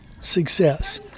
success